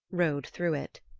rode through it.